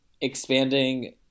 expanding –